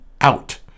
out